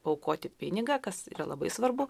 paaukoti pinigą kas yra labai svarbu